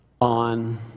on